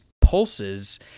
pulses